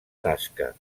tasca